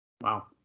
Wow